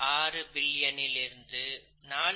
6 லிருந்து 4